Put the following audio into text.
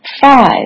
Five